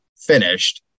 finished